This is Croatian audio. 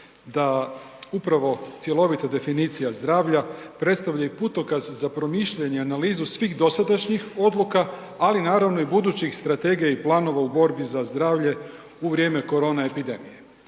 da upravo cjelovita definicija zdravlja predstavlja i putokaz za promišljanje i analizu svih dosadašnjih odluka, ali naravno i budućih strategija i planova u borbi za zdravlje u vrijeme korona epidemije.